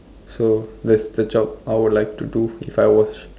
so that's the job I would like to do if I was